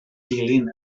dilyn